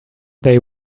they